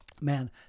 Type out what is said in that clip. man